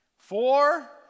Four